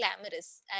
glamorous